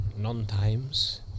Non-times